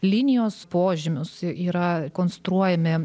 linijos požymius yra konstruojami